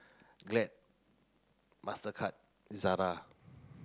Glad Mastercard Zara